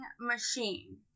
machine